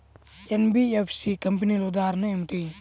NBFC కంపెనీల ఉదాహరణ ఏమిటి?